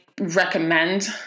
recommend